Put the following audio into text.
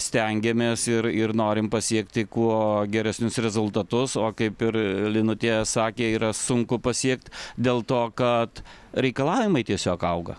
stengiamės ir ir norim pasiekti kuo geresnius rezultatus o kaip ir linute sakė yra sunku pasiekt dėl to kad reikalavimai tiesiog auga